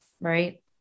Right